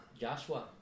Joshua